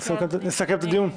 ונסכם את הדיון.